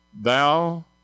Thou